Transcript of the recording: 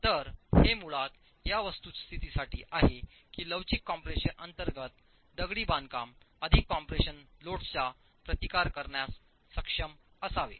तर हे मुळात या वस्तुस्थितीसाठी आहे की लवचिक कम्प्रेशन अंतर्गत दगडी बांधकाम अधिक कॉम्प्रेशन लोड्सचा प्रतिकार करण्यास सक्षम असावे